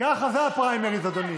זה הפריימריז, אדוני.